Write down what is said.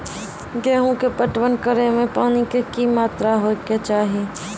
गेहूँ के पटवन करै मे पानी के कि मात्रा होय केचाही?